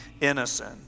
innocent